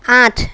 আঠ